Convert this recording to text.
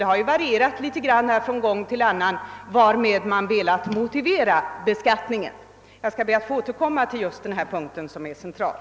Det har varierat från gång till gång hur man velat motivera, skatten. Jag skall be att få återkomma till just den punkten, som är central.